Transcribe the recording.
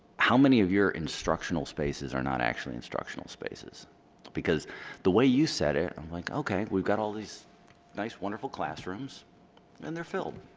how many of your instructional spaces are not actually instructional spaces because the way you said it i'm like okay we've got all these nice wonderful classrooms and they're filled